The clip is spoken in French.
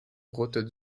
route